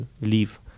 leave